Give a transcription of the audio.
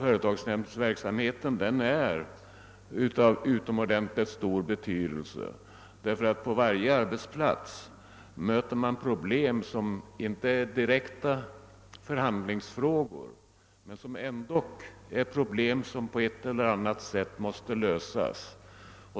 Företagsnämndsverksamheten är av utomordentligt stor betydelse, ty på varje arbetsplats möter man frågor som inte direkt är förhandlingsfrågor men som ändå utgör problem som på ett eller annat sätt måste lösas.